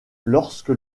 lorsque